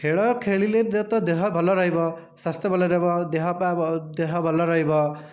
ଖେଳ ଖେଳିଲେ ଯେ ତେ ତୋ' ଦେହ ଭଲ ରହିବ ସ୍ୱାସ୍ଥ୍ୟ ଭଲ ରହିବ ଆଉ ଦେହପା ଦେହ ଭଲ ରହିବ